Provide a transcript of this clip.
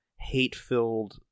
hate-filled